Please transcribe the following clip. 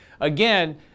again